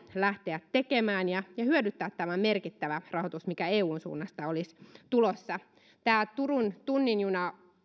lähteä tekemään tätä jo nyt ja hyödyntää tämä merkittävä rahoitus mikä eun suunnasta olisi tulossa turun tunnin juna